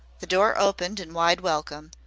the door opened in wide welcome,